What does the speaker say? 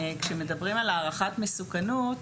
כאשר מדברים הערכת מסוכנות,